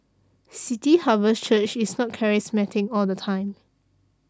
City Harvest Church is not charismatic all the time